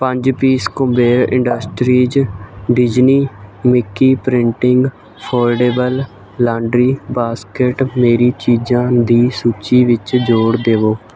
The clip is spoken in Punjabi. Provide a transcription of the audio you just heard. ਪੰਜ piece Kuber industries Disney Mickey printing foldable laundry basket ਮੇਰੀ ਚੀਜ਼ਾਂ ਦੀ ਸੂਚੀ ਵਿੱਚ ਜੋੜ ਦੇਵੋ